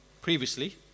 previously